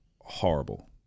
horrible